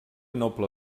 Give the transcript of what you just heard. noble